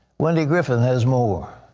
wendy griffith has more.